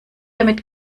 damit